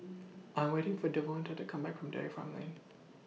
I'm waiting For Devonta to Come Back from Dairy Farm Lane